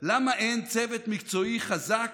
למה אין צוות מקצועי חזק,